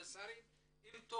היום.